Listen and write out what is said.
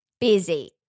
busy